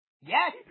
Yes